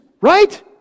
Right